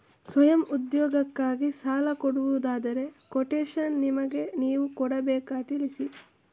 ಸ್ವಯಂ ಉದ್ಯೋಗಕ್ಕಾಗಿ ಸಾಲ ಕೊಡುವುದಾದರೆ ಕೊಟೇಶನ್ ನಿಮಗೆ ನಾವು ಕೊಡಬೇಕಾ ತಿಳಿಸಿ?